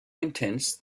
intense